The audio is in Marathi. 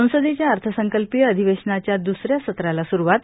संसदेच्या अर्थसंकल्पीय अधिवेषनाच्या दूसऱ्या सत्राला स्रूवात